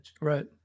Right